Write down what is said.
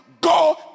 Go